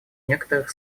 некоторых